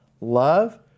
Love